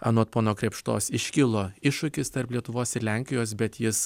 anot pono krėpštos iškilo iššūkis tarp lietuvos ir lenkijos bet jis